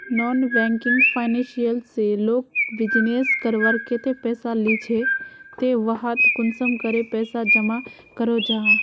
Non banking financial से लोग business करवार केते पैसा लिझे ते वहात कुंसम करे पैसा जमा करो जाहा?